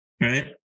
Right